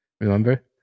remember